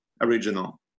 original